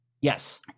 Yes